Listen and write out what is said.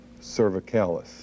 cervicalis